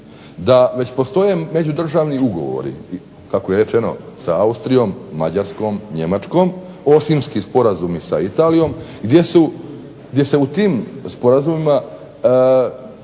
da već postoje međudržavni ugovori kako je rečeno sa Austrijom, Mađarskom, Njemačkom, Osimski sporazumi sa Italijom gdje se u tim sporazumima